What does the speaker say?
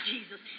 Jesus